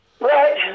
Right